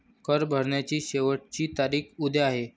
कर भरण्याची शेवटची तारीख उद्या आहे